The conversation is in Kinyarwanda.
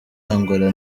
angola